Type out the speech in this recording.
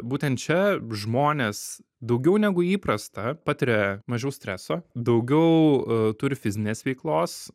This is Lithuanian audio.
būtent čia žmonės daugiau negu įprasta patiria mažiau streso daugiau turi fizinės veiklos